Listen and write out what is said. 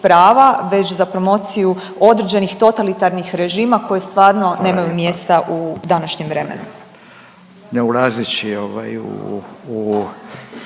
već za promociju određenih totalitarnih režima koja stvarno nemaju mjesta u današnjem vremenu. **Radin, Furio